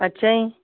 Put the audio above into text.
ਅੱਛਾ ਜੀ